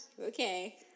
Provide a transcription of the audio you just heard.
Okay